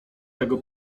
tego